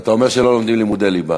ואתה אומר שלא לומדים לימודי ליבה.